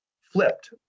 flipped